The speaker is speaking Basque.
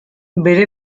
bere